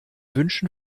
wünschen